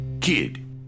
Kid